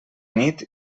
nit